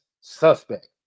suspect